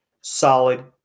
solid